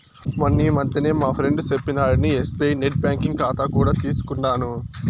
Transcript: మొన్నీ మధ్యనే మా ఫ్రెండు సెప్పినాడని ఎస్బీఐ నెట్ బ్యాంకింగ్ కాతా కూడా తీసుకుండాను